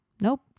Nope